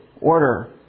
order